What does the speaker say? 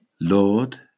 Lord